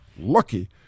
Lucky